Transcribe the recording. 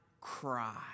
cry